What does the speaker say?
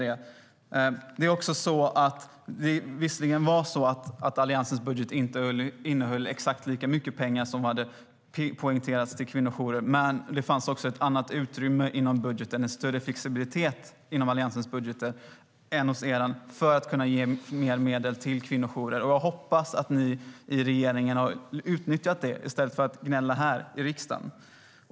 Alliansens budget innehöll visserligen inte exakt lika mycket pengar till kvinnojourerna, men det fanns ett annat utrymme inom budgeten, en större flexibilitet inom Alliansens budget, än hos er budget för att ge mer medel till kvinnojourer. Jag hoppas att ni i regeringen utnyttjar utrymmet i stället för att gnälla i riksdagen.